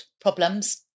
problems